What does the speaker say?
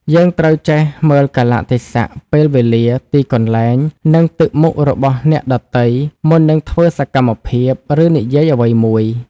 យើងត្រូវចេះមើលកាលៈទេសៈ ពេលវេលា ទីកន្លែង និងទឹកមុខរបស់អ្នកដទៃ មុននឹងធ្វើសកម្មភាព ឬនិយាយអ្វីមួយ។